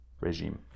regime